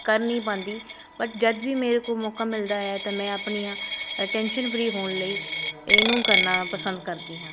ਕਰ ਨਹੀਂ ਪਾਉਂਦੀ ਬਟ ਜਦੋਂ ਵੀ ਮੇਰੇ ਕੋਲ ਮੌਕਾ ਮਿਲਦਾ ਹੈ ਤਾਂ ਮੈਂ ਆਪਣੀਆਂ ਅ ਟੈਂਸ਼ਨ ਫਰੀ ਹੋਣ ਲਈ ਇਹਨੂੰ ਕਰਨਾ ਪਸੰਦ ਕਰਦੀ ਹਾਂ